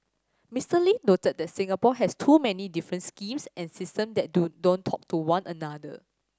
Mister Lee noted that Singapore has too many different schemes and system that do don't talk to one another